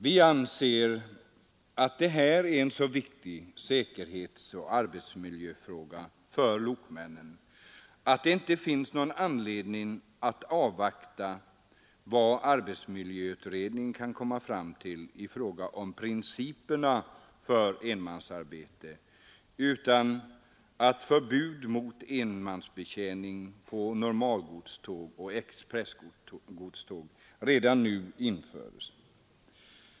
Vi anser att det här är en så viktig säkerhetsoch arbetsmiljöfråga för lokmännen att det inte finns någon anledning att avvakta vad arbetsmiljöutredningen kan komma fram till i fråga om principerna för enmansarbete, utan att förbud mot enmansbetjäning på normalgodståg och expressgodståg redan nu bör införas.